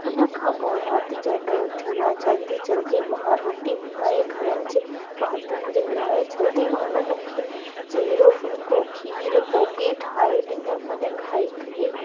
उन खां पोइ राति जा ॾह थी विया जल्दी जल्दी मां रोटी बनाई घरनि जे भातियुनि जे लाइ जल्दी उनखें जहिड़ो फुलको खीर कोकी ठाहे ॾिनो अने खाई करे